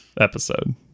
episode